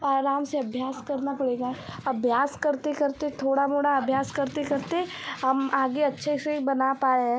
आराम से अभ्यास करना पड़ेगा अभ्यास करते करते थोड़ा मोड़ा अभ्यास करते करते हम आगे अच्छे से बना पाए हैं